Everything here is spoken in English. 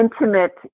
intimate